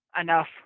enough